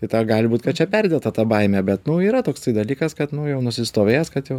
tai dar gali būt kad čia perdėta ta baimė bet nu yra toksai dalykas kad nu jau nusistovėjęs kad jau